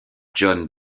john